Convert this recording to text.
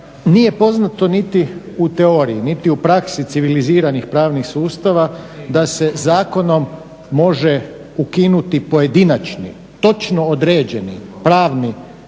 nije poznato niti u teoriji, niti u praksi civiliziranih pravnih sustava da se zakonom može ukinuti pojedinačni točno određeni pravni